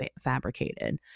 fabricated